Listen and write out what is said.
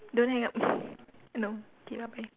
don't hang up no okay lah bye